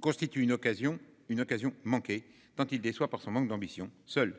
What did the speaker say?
Constitue une occasion, une occasion manquée, tant il déçoit par son manque d'ambition. Seuls